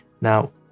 Now